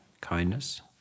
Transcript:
kindness